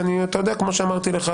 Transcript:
וכמו שאמרתי לך,